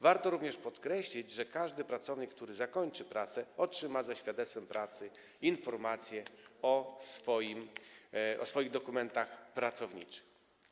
Warto również podkreślić, że każdy pracownik, który zakończy pracę, otrzyma ze świadectwem pracy informację o swoich dokumentach pracowniczych.